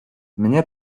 mnie